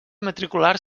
matricular